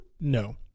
No